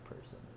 person